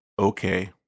Okay